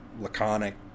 laconic